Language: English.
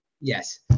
Yes